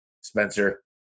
Spencer